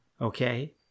Okay